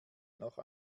noch